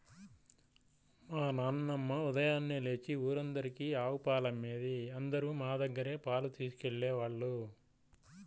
మా నాన్నమ్మ ఉదయాన్నే లేచి ఊరందరికీ ఆవు పాలమ్మేది, అందరూ మా దగ్గరే పాలు తీసుకెళ్ళేవాళ్ళు